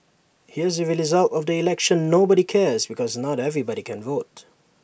here's the result of the election nobody cares because not everybody can vote